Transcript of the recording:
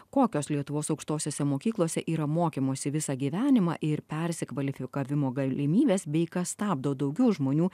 kokios lietuvos aukštosiose mokyklose yra mokymosi visą gyvenimą ir persikvalifikavimo galimybės bei kas stabdo daugiau žmonių